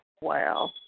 Wow